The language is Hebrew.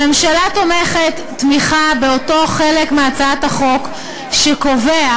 הממשלה תומכת באותו חלק מהצעת החוק שקובע